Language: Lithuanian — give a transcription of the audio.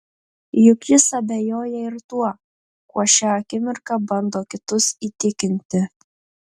juk jis abejoja ir tuo kuo šią akimirką bando kitus įtikinti